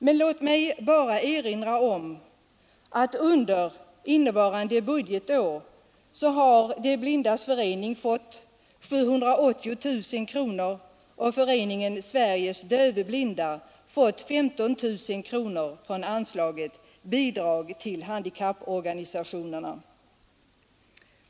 Men låt mig bara erinra om att under innevarande budgetår har De blindas förening fått 780 000 kronor och Föreningen Sveriges dövblinda 15 000 kronor från anslaget Bidrag till handikapporganisationerna.